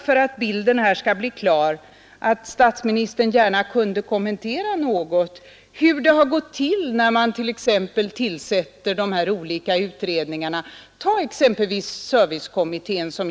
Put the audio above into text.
För att bilden skall bli klar tycker jag att statsministern kunde något kommentera hur det har gått till när man har tillsatt vissa utredningar. Ta exempelvis servicekommittén.